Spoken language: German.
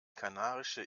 kanarische